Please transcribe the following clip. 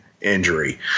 injury